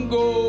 go